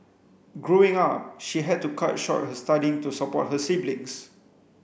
growing up she had to cut short her studying to support her siblings